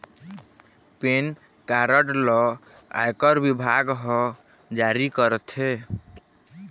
PAN card ल आयकर बिभाग ह जारी करथे